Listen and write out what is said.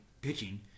pitching